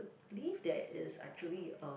believe there is actually a